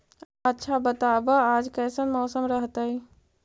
आच्छा बताब आज कैसन मौसम रहतैय?